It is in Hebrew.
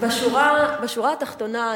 בשורה התחתונה,